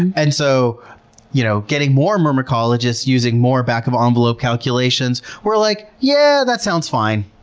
and so you know getting more myrmecologists using more back-of-envelope calculations, we're like, yeah, that sounds fine.